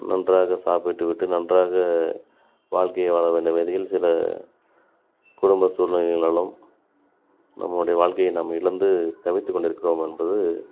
நன்றாக சாப்பிட்டு விட்டு நன்றாக வாழ்க்கையை வாழ வேண்டுமெனில் சில குடும்ப சூழ்நிலைங்களினாலும் நம்முடைய வாழ்க்கையை நம் இழந்து தவித்து கொண்டிருக்கிறோம் என்பது